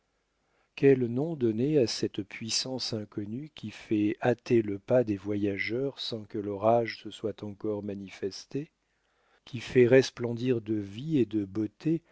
quel nom donner à cette puissance inconnue qui fait hâter le pas des voyageurs sans que l'orage se soit encore manifesté qui fait resplendir de vie et de beauté